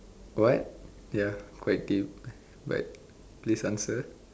what ya quite deep but please answer